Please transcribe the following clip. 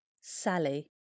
Sally